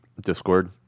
Discord